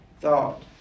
thought